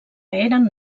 eren